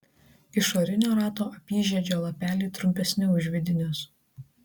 išorinio rato apyžiedžio lapeliai trumpesni už vidinius